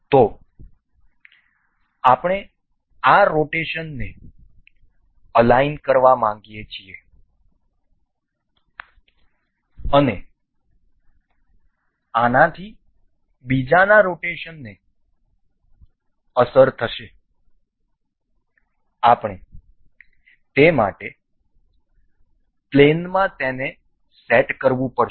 તેથી આપણે આ રોટેશનને અલાઈન કરવા માગીએ છીએ અને આનાથી બીજાના રોટેશનને અસર થશે આપણે તે માટે પ્લેનમાં તેને સેટ કરવું પડશે